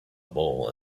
bull